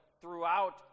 throughout